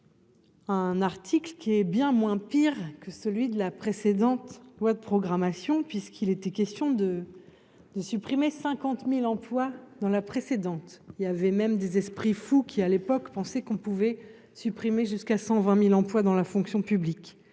Un article qui est bien moins pire que celui de la précédente loi de programmation puisqu'il était question de supprimer 50000 emplois dans la précédente, il y avait même des esprits fous qui à l'époque, pensé qu'on pouvait supprimer jusqu'à 120000 emplois dans la fonction publique,